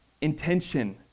intention